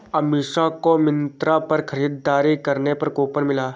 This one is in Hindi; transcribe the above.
अमीषा को मिंत्रा पर खरीदारी करने पर कूपन मिला